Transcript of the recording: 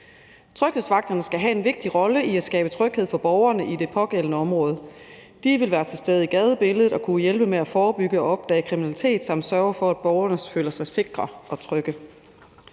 Tryghedsvagterne skal spille en vigtig rolle i at skabe tryghed for borgerne i det pågældende område. De vil være til stede i gadebilledet og kunne hjælpe med at forebygge og opdage kriminalitet samt sørge for, at borgerne føler sig sikre og trygge.